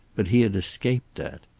but he had escaped that.